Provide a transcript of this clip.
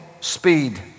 speed